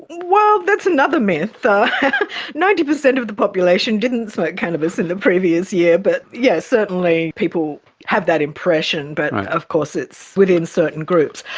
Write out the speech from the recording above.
well, that's another myth ninety percent of the population didn't smoke cannabis in the previous year, but yes, certainly people have that impression, but of course it's within certain groups.